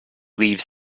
leaves